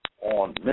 on